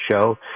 show